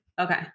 Okay